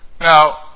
Now